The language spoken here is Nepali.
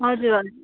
हजुर हजुर